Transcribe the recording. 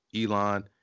Elon